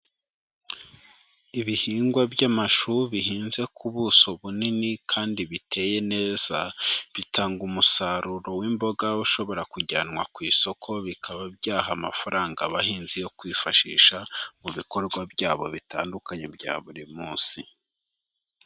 Ibihingwa by'amashu bihinze ku buso bunini kandi biteye neza, bitanga umusaruro w'imboga ushobora kujyanwa ku isoko bikaba byaha amafaranga abahinzi yo kwifashisha mu bikorwa byabo bitandukanye bya buri munsi.